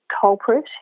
culprit